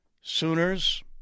Sooners